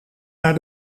naar